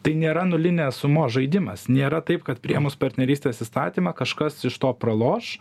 tai nėra nulinės sumos žaidimas nėra taip kad priėmus partnerystės įstatymą kažkas iš to praloš